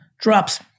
Drops